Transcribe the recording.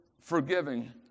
forgiving